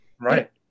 Right